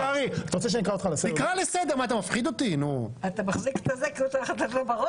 חבר הכנסת קרעי, אתה רוצה שאני אקרא אותך לסדר?